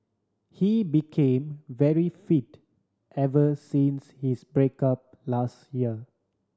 he became very fit ever since his break up last year